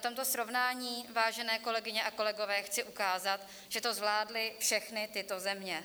Na tomto srovnání, vážené kolegyně a kolegové, chci ukázat, že to zvládly všechny tyto země.